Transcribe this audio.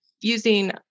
using